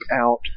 out